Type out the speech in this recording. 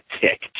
tick